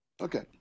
Okay